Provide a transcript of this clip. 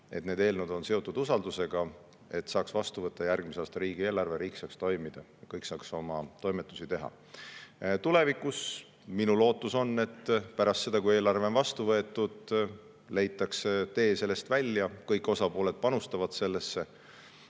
et need eelnõud on seotud usaldusega, et saaks vastu võtta järgmise aasta riigieelarve, riik saaks toimida ja kõik saaks oma toimetusi teha. Tulevikus on minu lootus, et pärast seda, kui eelarve on vastu võetud, leitakse tee sellest välja ja kõik osapooled panustavad sellesse.